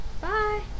bye